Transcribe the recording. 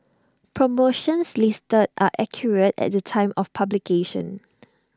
promotions listed are accurate at the time of publication